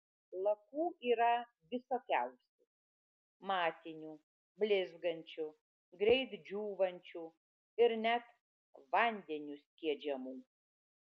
lakų yra visokiausių matinių blizgančių greit džiūvančių ir net vandeniu skiedžiamų